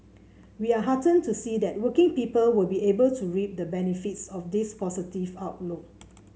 we are heartened to see that working people will be able to reap the benefits of this positive outlook